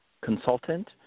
consultant